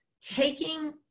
Taking